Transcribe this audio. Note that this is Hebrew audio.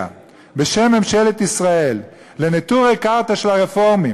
בשם ממשלת ישראל לנטורי קרתא של הרפורמים,